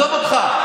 עזוב אותך,